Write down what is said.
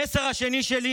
המסר השני שלי